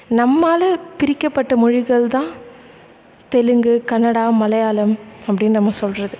நம்மால் பிரிக்கப்பட்ட மொழிகள்தான் தெலுங்கு கன்னடா மலையாளம் அப்படின்னு நம்ம சொல்லுறது